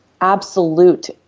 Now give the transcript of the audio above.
absolute